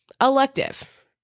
Elective